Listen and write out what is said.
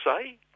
say